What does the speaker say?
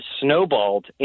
snowballed